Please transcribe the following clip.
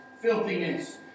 Filthiness